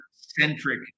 centric